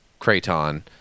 craton